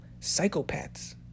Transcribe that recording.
psychopaths